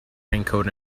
raincoat